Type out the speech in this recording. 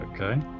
Okay